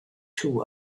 two